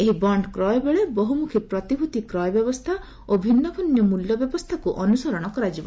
ଏହି ବଣ୍ଡ କ୍ରୟ ବେଳେ ବହୁମୁଖୀ ପ୍ରତିଭୂତି କ୍ରୟ ବ୍ୟବସ୍ଥା ଓ ଭିନ୍ନ ଭିନ୍ନ ମିଲ୍ୟ ବ୍ୟବସ୍ଥାକୁ ଅନୁସରଣ କରାଯିବ